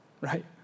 right